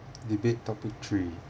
debate topic three